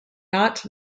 not